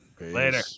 Later